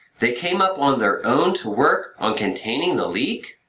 they came up on their own to work on containing the leak?